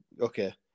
okay